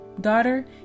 Daughter